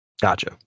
Gotcha